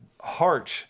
heart